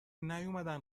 نیومدن